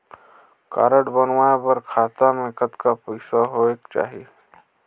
Card बनवाय बर खाता मे कतना पईसा होएक चाही?